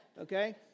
okay